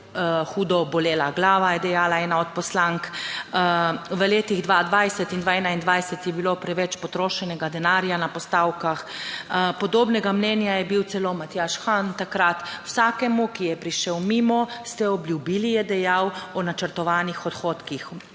hudo bolela glava," je dejala ena od poslank. V letih 2020 in 2021 je bilo preveč potrošenega denarja na postavkah. Podobnega mnenja je bil celo Matjaž Han takrat: "Vsakemu, ki je prišel mimo, ste obljubili," je dejal o načrtovanih odhodkih.